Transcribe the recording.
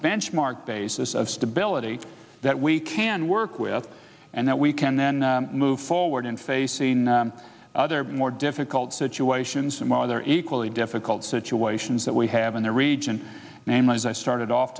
benchmark basis of stability that we can work with and that we can then move forward in facing other more difficult situations and why there are equally difficult situations that we have in the region namely as i started off